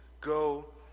go